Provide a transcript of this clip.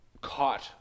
caught